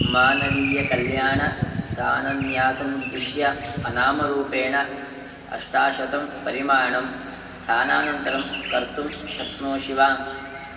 मानवीयकल्याणदाननन्यासमुद्दिश्य अनामरूपेण अष्टशतं परिमाणं स्थानानन्तरं कर्तुं शक्नोषि वा